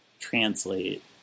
translate